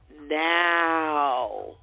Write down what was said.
Now